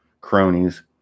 cronies